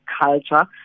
culture